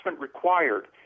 required